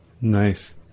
Nice